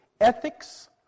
Ethics